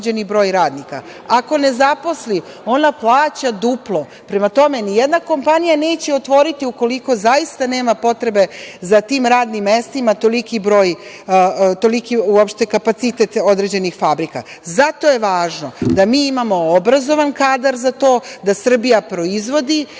broj radnika. Ako ne zaposli, ona plaća duplo. Prema tome, ni jedna kompanija neće otvoriti ukoliko zaista nema potrebe za tim radnim mestima toliki broj, uopšte kapacitet određenih fabrika. Zato je važno da mi imamo obrazovan kadar za to, da Srbija proizvodi